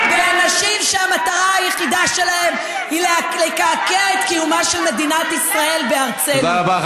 חבר הכנסת ג'מאל זחאלקה, תודה רבה.